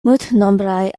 multnombraj